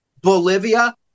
Bolivia